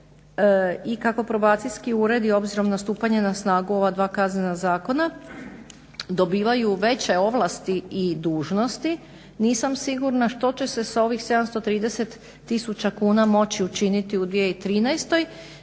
i kako probacijski uredi obzirom na stupanje na snagu ova dva kaznena zakona dobivaju veće ovlasti i dužnosti nisam sigurna što će se sa ovih 730 tisuća kuna moći učiniti u 2013.